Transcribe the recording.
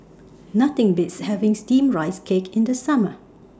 Nothing Beats having Steamed Rice Cake in The Summer